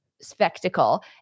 spectacle